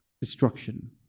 destruction